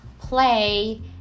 play